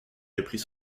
reprit